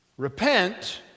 Repent